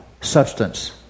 substance